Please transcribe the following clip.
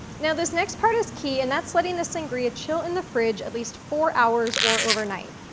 now this next part is key and that's letting the sangria chill in the fridge at least four hours or overnight.